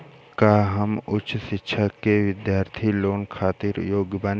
का हम उच्च शिक्षा के बिद्यार्थी लोन खातिर योग्य बानी?